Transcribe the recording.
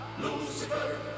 Lucifer